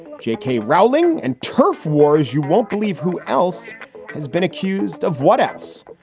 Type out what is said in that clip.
j k. rowling and turf wars. you won't believe who else has been accused of what else.